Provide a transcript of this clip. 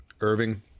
Irving